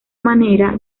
manera